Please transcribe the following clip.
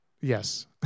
Yes